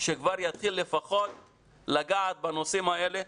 שכבר יתחיל לפחות לגעת בנושאים האלה.